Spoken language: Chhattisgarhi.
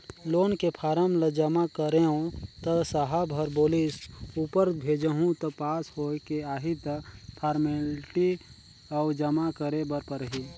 लोन के फारम ल जमा करेंव त साहब ह बोलिस ऊपर भेजहूँ त पास होयके आही त फारमेलटी अउ जमा करे बर परही